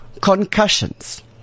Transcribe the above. concussions